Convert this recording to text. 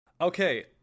okay